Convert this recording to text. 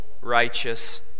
righteous